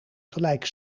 gelijk